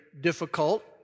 difficult